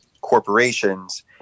corporations